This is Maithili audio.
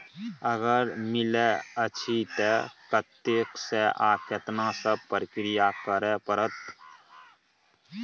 अगर मिलय अछि त कत्ते स आ केना सब प्रक्रिया करय परत?